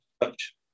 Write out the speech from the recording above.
touch